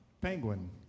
Penguin